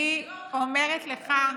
אני אומרת לך,